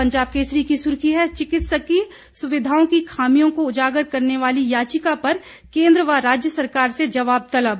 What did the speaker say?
पंजाब केसरी की सुर्खी है चिकित्सीय सुविधाओं की खामियों को उजागर करने वाली याचिका पर केंद्र व राज्य सरकार से जवाब तलब